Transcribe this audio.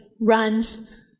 runs